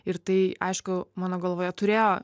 ir tai aišku mano galvoje turėjo